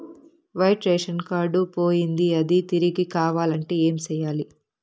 white ration card పోయింది అది తిరిగి కావాలంటే ఏం సేయాలి